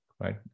right